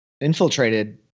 infiltrated